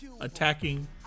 attacking